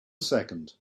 second